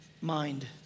mind